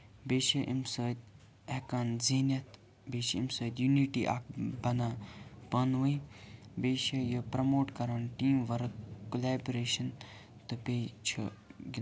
بیٚیہِ چھِ امہِ سۭتۍ ہیٚکان زِیٖنِتھ بیٚیہِ چھِ اَمہِ سۭتۍ یُنِٹی اکھ بَنان پانہٕ ؤنۍ بیٚیہِ چھِ یہِ پرموٹ کران ٹیٖم ؤرٕک کولیبرٛیشن تہٕ بیٚیہِ چھِ